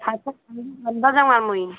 ভাত চাত ৰান্ধা যাওঁ আৰু মই